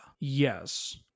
Yes